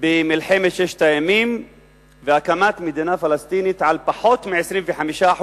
במלחמת ששת הימים והקמת מדינה פלסטינית על פחות מ-25%